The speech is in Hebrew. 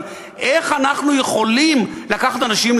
אבל איך אנחנו יכולים לקחת אנשים,